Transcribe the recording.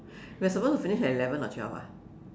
we are supposed to finish at eleven or twelve ah